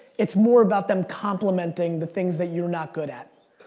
it's more about them complimenting the things that you're not good at.